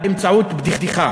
באמצעות בדיחה